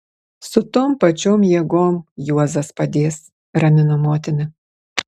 su tom pačiom jėgom juozas padės ramino motina